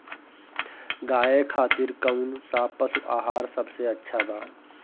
गाय खातिर कउन सा पशु आहार सबसे अच्छा बा?